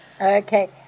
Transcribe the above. Okay